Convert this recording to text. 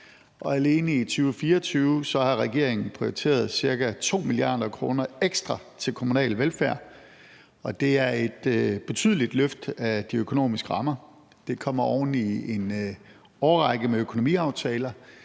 alene i 2024 har regeringen prioriteret ca. 2 mia. kr. ekstra til kommunal velfærd, og det er et betydeligt løft af de økonomiske rammer. Det kommer oven i en årrække med økonomiaftaler.